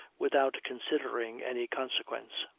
without considering any consequence.